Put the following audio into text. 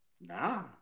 Nah